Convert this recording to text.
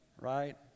Right